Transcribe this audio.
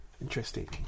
Interesting